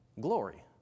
glory